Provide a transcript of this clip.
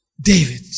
David